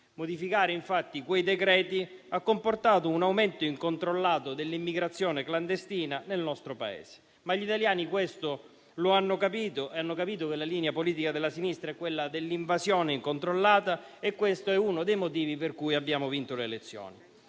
Modificare quei decreti ha comportato un aumento incontrollato dell'immigrazione clandestina nel nostro Paese. Gli italiani però questo lo hanno capito e hanno capito che la linea politica della sinistra è quella dell'invasione incontrollata, e questo è uno dei motivi per cui abbiamo vinto le elezioni.